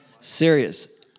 Serious